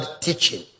teaching